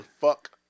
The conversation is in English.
fuck